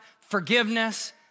forgiveness